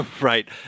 Right